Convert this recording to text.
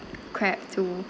crab to